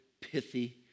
pithy